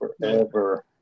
forever